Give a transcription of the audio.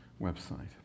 website